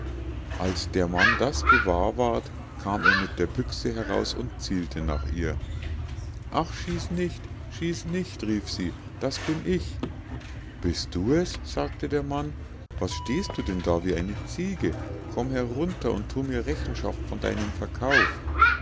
als der mann das gewahr ward kam er mit der büchse heraus und zielte nach ihr ach schieß nicht schieß nicht rief sie das bin ich bist du es sagte der mann was stehst du denn da wie eine ziege komm herunter und thu mir rechenschaft von deinem verkauf